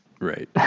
Right